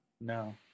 no